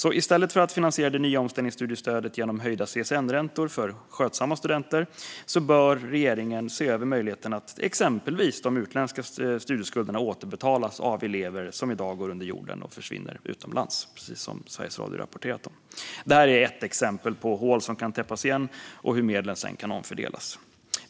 I stället för att finansiera det nya omställningsstudiestödet genom höjda CSN-räntor för skötsamma studenter bör regeringen exempelvis se över möjligheten att de utländska studieskulderna återbetalas av de elever som i dag går under jorden och försvinner utomlands, precis som Sveriges Radio har rapporterat om. Detta är ett exempel på hål som kan täppas igen och på hur medlen sedan kan omfördelas.